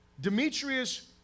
Demetrius